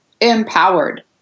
empowered